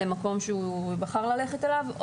למקום שהוא בחר ללכת אליו,